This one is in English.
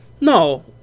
No